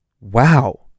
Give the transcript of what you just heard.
Wow